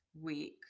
week